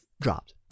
dropped